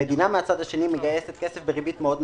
המדינה מהצד השני מגייסת כסף בריבית מאוד נמוכה.